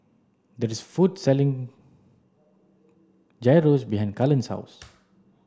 there is a food selling Gyros behind Cullen's house